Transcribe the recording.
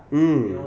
mm